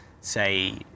say